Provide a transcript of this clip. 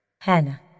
Hannah